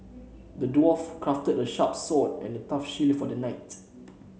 the dwarf crafted a sharp sword and a tough shield for the knight